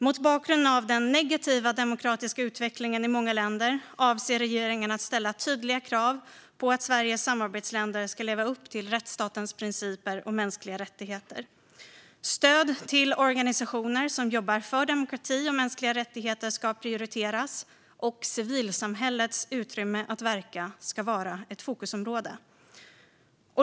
Mot bakgrund av den negativa demokratiska utvecklingen i många länder avser regeringen att ställa tydliga krav på att Sveriges samarbetsländer ska leva upp till rättsstatens principer och mänskliga rättigheter. Stöd till organisationer som jobbar för demokrati och mänskliga rättigheter ska prioriteras, och civilsamhällets utrymme att verka ska vara ett fokusområde.